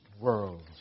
world's